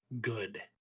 good